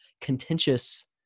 contentious